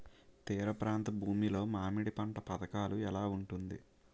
తీర ప్రాంత భూమి లో మామిడి పంట పథకాల ఎలా ఉంటుంది?